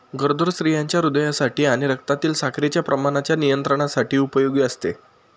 गरोदर स्त्रियांच्या हृदयासाठी आणि रक्तातील साखरेच्या प्रमाणाच्या नियंत्रणासाठी उपयोगी असते